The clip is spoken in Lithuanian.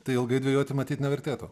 tai ilgai dvejoti matyt nevertėtų